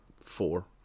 four